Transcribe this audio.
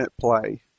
play